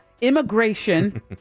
immigration